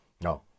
No